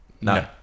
No